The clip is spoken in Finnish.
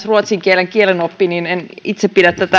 ruotsin kielen kielioppi en itse pidä